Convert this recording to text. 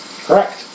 Correct